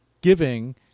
giving